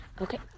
Okay